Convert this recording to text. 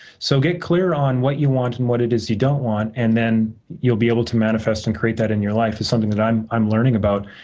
so, get clear on what you want and what it is you don't want, and then you'll be able to manifest and create that in your life. that's something that i'm i'm learning about.